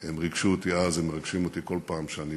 הם ריגשו אותי אז, הם מרגשים אותי כל פעם שאני